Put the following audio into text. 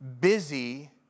Busy